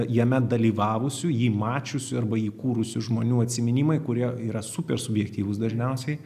jame dalyvavusių jį mačiusių arba jį kūrusių žmonių atsiminimai kurie yra super subjektyvūs dažniausiai